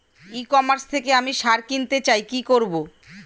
ই commerce থেকে আমি সার কিনতে চাই কি করব?